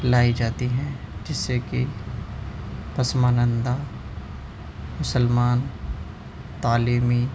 لائی جاتی ہیں جس سے کہ پسمانندہ مسلمان تعلیمی